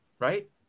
Right